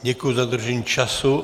Děkuji za dodržení času.